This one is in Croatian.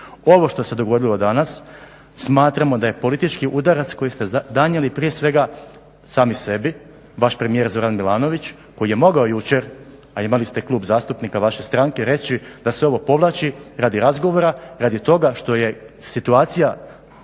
Ovo što se dogodilo danas smatramo da je politički udarac koji ste nanijeli prije svega sami sebi, vaš premijer Zoran Milanović koji je mogao jučer a imali ste Klub zastupnika vaše stranke reći da se ovo povlači radi razgovora, radi toga što je situacija